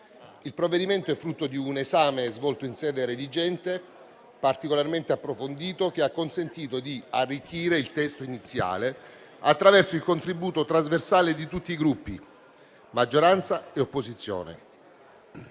Il provvedimento è frutto di un esame svolto in sede redigente e particolarmente approfondito, che ha consentito di arricchire il testo iniziale attraverso il contributo trasversale di tutti i Gruppi, di maggioranza e di opposizione.